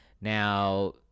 Now